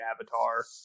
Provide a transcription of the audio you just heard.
avatar